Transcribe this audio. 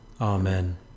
Amen